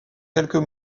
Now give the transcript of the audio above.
quelques